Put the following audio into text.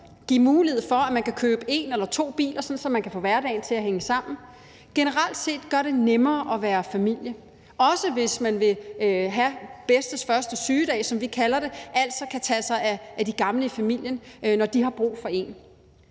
give mulighed for, at man kan købe en eller to biler, sådan at man kan få hverdagen til at hænge sammen. Vi vil generelt set gerne gøre det nemmere at være familie, også hvis man vil have bedstes første sygedag, som vi kalder det, altså at man kan tage sig af de gamle i familien, når de har brug for en.